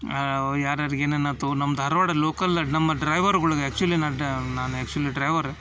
ಯಾರು ಯಾರ್ಗೆ ಏನೇನು ಆಯ್ತು ನಮ್ಮ ಧಾರವಾಡ ಲೋಕಲ್ಲ ನಮ್ಮ ಡ್ರೈವರ್ಗಳಿಗೆ ಆ್ಯಕ್ಚುಲಿ ನಾನು ಡ ನಾನು ಆ್ಯಕ್ಚುಲಿ ಡ್ರೈವರ್